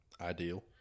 ideal